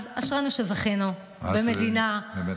אז אשרינו שזכינו במדינה, אמת.